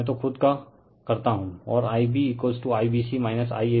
मैं तो खुद का करता हूँ और IbIBC IAB और I c ICA IBC